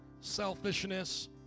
selfishness